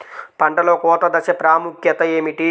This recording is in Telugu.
పంటలో కోత దశ ప్రాముఖ్యత ఏమిటి?